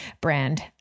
brand